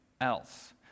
else